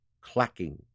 clacking